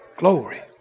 Glory